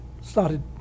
started